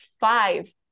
five